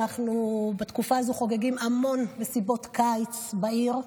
בתקופה הזו אנחנו חוגגים המון מסיבות קיץ בעיר,